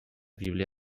bíblia